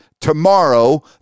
tomorrow